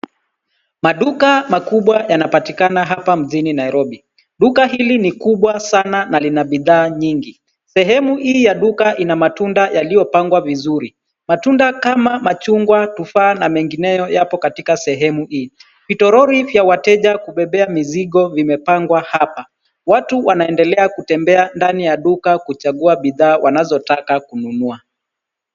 Maduka makubwa yanapatikana hapa mjini Nairobi. Duka hili ni kubwa sana na lina bidhaa nyingi. Sehemu hii ya duka ina matunda yaliyopangwa vizuri. Matunda kama machungwa, tufaha na mengineyo yapo katika sehemu hii. Vitoroli vya wateja vya kubebea mizigo vimepangwa hapa. Watu wanaendelea kutembea ndani ya duka kuchagua bidhaa wanazotaka kununua.